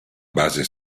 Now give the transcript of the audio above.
base